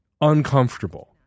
Uncomfortable